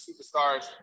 superstars